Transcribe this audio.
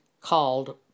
called